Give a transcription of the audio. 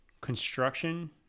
construction